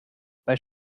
bei